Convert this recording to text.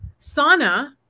sauna